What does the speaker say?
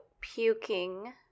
puking